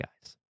guys